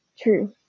True